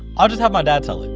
i'll just have my dad tell